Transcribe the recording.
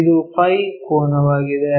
ಇದು ಫೈ Φ ಕೋನವಾಗಿದೆ